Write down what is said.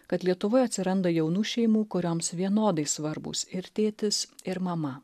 kad lietuvoj atsiranda jaunų šeimų kurioms vienodai svarbūs ir tėtis ir mama